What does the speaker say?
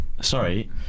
Sorry